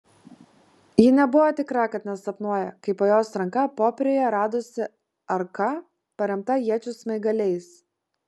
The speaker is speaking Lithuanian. ji nebuvo tikra kad nesapnuoja kai po jos ranka popieriuje radosi arka paremta iečių smaigaliais